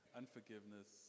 unforgiveness